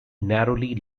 narrowly